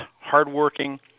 hardworking